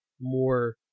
more